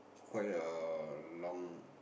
quite a long